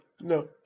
No